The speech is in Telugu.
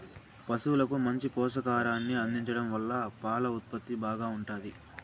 పసువులకు మంచి పోషకాహారాన్ని అందించడం వల్ల పాల ఉత్పత్తి బాగా ఉంటాది